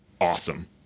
awesome